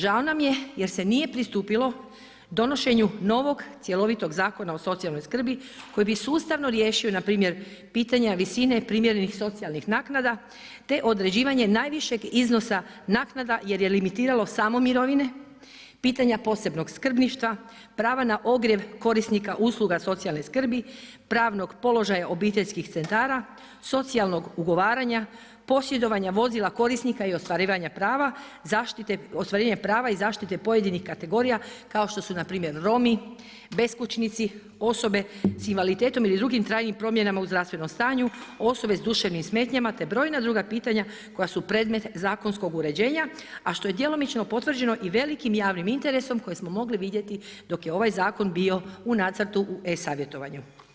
Žao nam je jer se nije pristupilo donošenju novog cjelovitog Zakona o socijalnoj skrbi koji bi sustavno riješio npr. pitanja visine primjerenih socijalnih naknada te određivanja najvišeg iznosa naknada jer je limitiralo samo mirovine, pitanje posebnog skrbništva, prava na ogrjev korisnika usluga socijalne skrbi, pravnog položaja obiteljskih centara, socijalnog ugovaranja, posjedovanja vozila korisnika vozila i ostvarivanja prava i zaštite pojedinih kategorija kao što su npr. Romi, beskućnici, osobe s invaliditetom ili drugim trajnim promjenama u zdravstvenom stanju, osobe s duševnim smetnjama te brojna druga pitanja koja su predmet zakonskog uređenja a što je djelomično potvrđeno i velikim javnim interesom kojeg smo mogli vidjeti dok je ovaj zakon bio u nacrtu u e-savjetovanju.